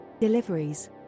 Deliveries